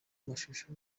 amashusho